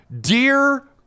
Dear